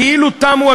כאילו תמו,